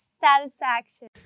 Satisfaction